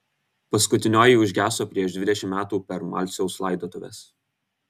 paskutinioji užgeso prieš dvidešimt metų per malciaus laidotuves